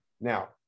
Now